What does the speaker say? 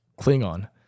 Klingon